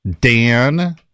Dan